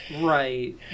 Right